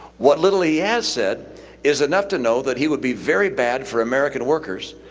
what little he has said is enough to know that he would be very bad for american workers,